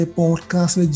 podcast